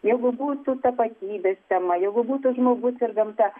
jeigu būtų tapatybės tema jeigu būtų žmogus ir gamta